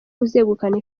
uzegukana